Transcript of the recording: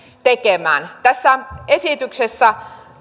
tekemään tässä esityksessä